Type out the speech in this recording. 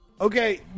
Okay